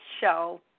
show